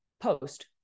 post